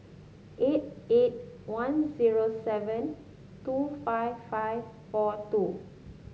eight eight one zero seven two five five four two